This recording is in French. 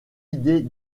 idée